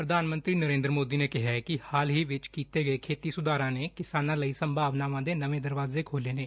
ਪ੍ਰਧਾਨ ਮੰਤਰੀ ਨਰੇਂਦਰ ਮੋਦੀ ਨੇ ਕਿਹੈ ਕਿ ਹਾਲ ਹੀ ਵਿਚ ਕੀਤੇ ਗਏ ਖੇਤੀ ਸੁਧਾਰਾਂ ਨੇ ਕਿਸਾਨਾਂ ਲਈ ਸੰਭਾਵਨਾਵਾਂ ਦੇ ਨਵੇਂ ਦਰਵਾਜ਼ੇ ਖੋਲ੍ਹੇ ਨੇ